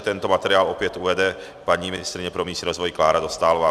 Tento materiál opět uvede paní ministryně pro místní rozvoj Klára Dostálová.